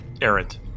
errant